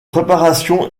préparation